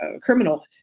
criminal